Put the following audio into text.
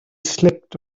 slipped